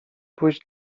pójść